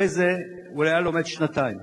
אחרי זה הוא היה לומד שנתיים.